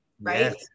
right